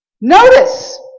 Notice